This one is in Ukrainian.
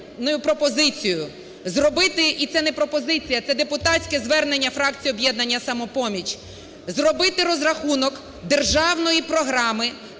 зробити розрахунок Державної програми